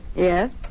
Yes